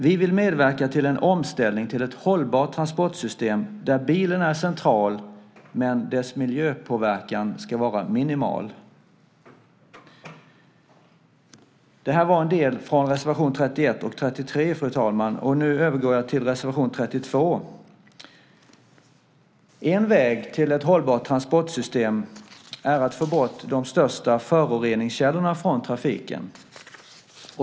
Vi vill medverka till en omställning till ett hållbart transportsystem där bilen är central men dess miljöpåverkan ska vara minimal. Det här var en del om reservationerna 31 och 33. Fru talman! Nu övergår jag till reservation 32. En väg till ett hållbart transportsystem är att få bort de största föroreningskällorna från trafiken.